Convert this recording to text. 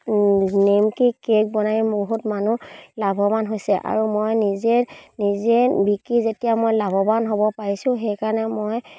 nimki cake বনাই বহুত মানুহ লাভৱান হৈছে আৰু মই নিজে নিজে বিকি যেতিয়া মই লাভৱান হ'ব পাৰিছোঁ সেইকাৰণে মই